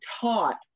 taught